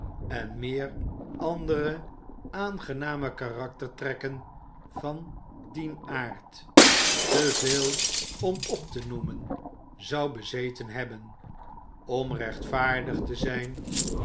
en meer andere aangename karaktertrekken van dien aard te veel om op te noemen zou bezeten hebben om rechtvaardig te zijn